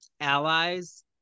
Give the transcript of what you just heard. allies